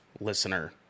listener